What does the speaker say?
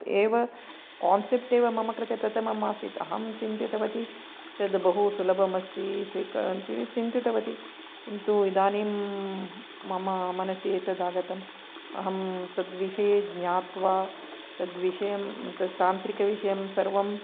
एव कान्सेप्ट् एव मम कृते प्रथमम् आसीत् अहं चिन्तितवती तद् बहु सुलभमस्ति स्वीकर्तुं चिन्तितवती किन्तु इदानीं मम मनसि एतत् आगतम् अहं तद्विषये ज्ञात्वा तद्विषयं तान्त्रिकविषयं सर्वम्